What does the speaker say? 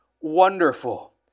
wonderful